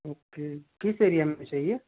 okay किस area में चाहिए